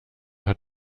hat